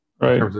Right